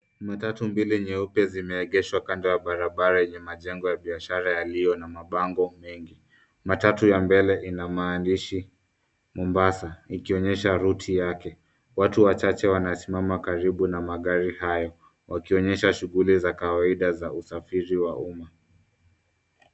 Matatu mbili nyeupe zimeegeshwa kando ya barabara enye majengo ya biashara yalio na mbango mengi, matatu ya mbele ina maandishi Mombasa ikionyesha route yake. Watu wachache wanasimama karibu na magari hayo wakionyesha shughuli za kawaida za usafiri wa umma.